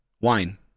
Wine